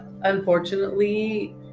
unfortunately